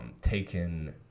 taken